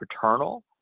paternal